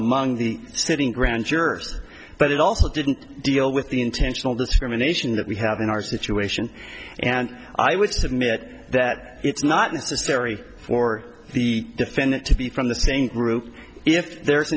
among the sitting grand jurors but it also didn't deal with the intentional discrimination that we have in our situation and i would submit that it's not necessary for the defendant to be from the same group if there